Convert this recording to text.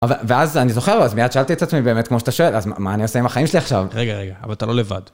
ו.. ואז אני זוכר, אז מיד שאלתי את עצמי, באמת, כמו שאתה שואל, אז מ.. מה אני עושה עם החיים שלי עכשיו? רגע, רגע, אבל אתה לא לבד.